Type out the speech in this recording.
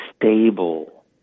stable